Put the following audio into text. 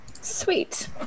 Sweet